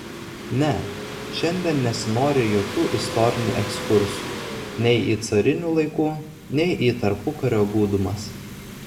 ne šiandien nesinori jokių istorinių ekskursų nei į carinių laikų nei į tarpukario gūdumas